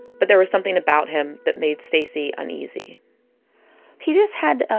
but there was something about him that made stacie uneasy he just had ah